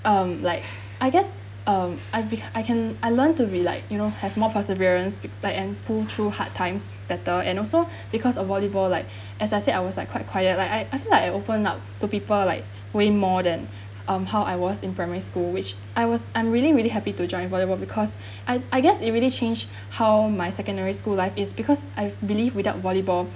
um like I guess um I be I can I learned to be like you know have more perseverance with like and pulled through hard times better and also because of volleyball like as I said I was like quite quiet like I I feel like I open up to people like way more than um how I was in primary school which I was I'm really really happy to join volleyball because I I guess it really changed how my secondary school life it's because I believe without volleyball